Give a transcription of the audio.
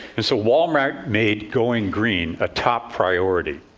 and so wal-mart made going green a top priority.